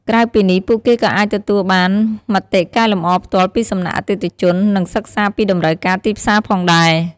ក្រៅពីនេះ ពួកគេក៏អាចទទួលបានមតិកែលម្អផ្ទាល់ពីសំណាក់អតិថិជន និងសិក្សាពីតម្រូវការទីផ្សារផងដែរ។